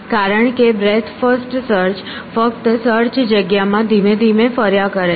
કારણ કે breadth first search ફક્ત સર્ચ જગ્યામાં ધીમે ધીમે ફર્યા કરે છે